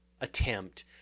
attempt